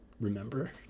remember